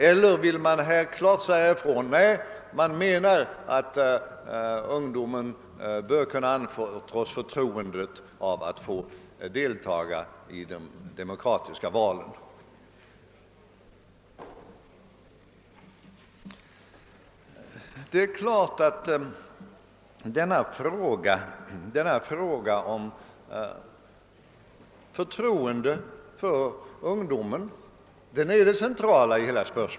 Eller vill man klart säga ifrån att man menar att ungdomen bör kunna få förtroendet att få delta i de demokratiska valen? Denna fråga om förtroende för ungdomen är det centrala i hela spörsmålet.